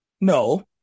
No